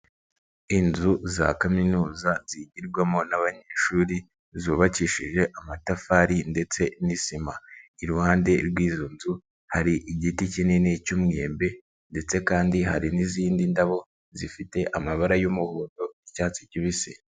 Inzu za kaminuza zigirwamo n'abanyeshuri zubakishije amatafari ndetse n'isima, iruhande rw'izo nzu hari igiti kinini cy'umwembe ndetse kandi hari n'izindi ndabo zifite amabara y'umuhondo n'icyatsi kibisi.